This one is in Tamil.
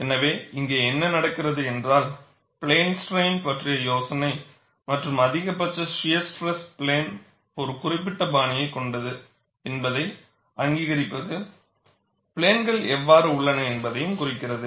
எனவே இங்கே என்ன நடக்கிறது என்றால் பிளேன் ஸ்ட்ரைன் பற்றிய யோசனை மற்றும் அதிகபட்ச ஷியர் ஸ்ட்ரெஸ் பிளேன் ஒரு குறிப்பிட்ட பாணியியை கொண்டது என்பதை அங்கீகரிப்பது பிளேன்கள் எவ்வாறு உள்ளன என்பதைக் குறிக்கிறது